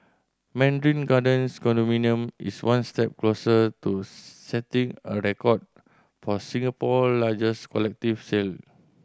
Mandarin Gardens condominium is one step closer to setting a record for Singapore largest collective sale